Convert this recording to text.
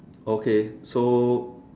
okay so